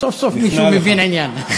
סוף-סוף מישהו מבין עניין.